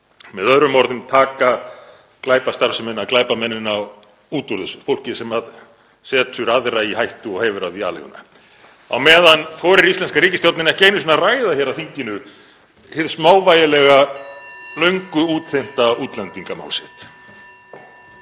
Með öðrum orðum, taka glæpastarfsemina, glæpamennina, út úr þessu, fólkið sem setur aðra í hættu og hefur af því aleiguna. Á meðan þorir íslenska ríkisstjórnin ekki einu sinni að ræða hér á þinginu hið smávægilega og löngu útþynnta útlendingamál sitt.